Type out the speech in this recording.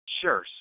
Sure